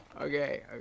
okay